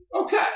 Okay